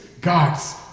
god's